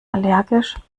allergisch